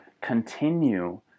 Continue